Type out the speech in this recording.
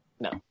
No